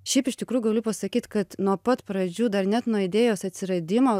šiaip iš tikrų galiu pasakyt kad nuo pat pradžių dar net nuo idėjos atsiradimo